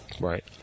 Right